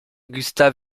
gustav